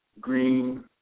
green